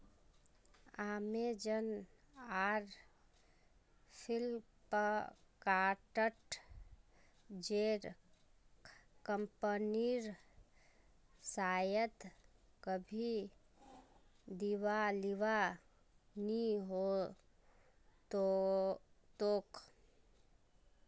Amazon आर फ्लिपकार्ट जेर कंपनीर शायद कभी दिवालिया नि हो तोक